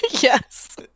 yes